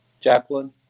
Jacqueline